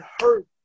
hurt